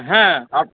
হ্যাঁ আপ